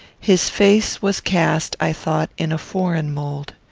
his face was cast, i thought, in a foreign mould.